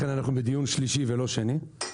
לכן אנחנו בדיון שלישי ולא שני.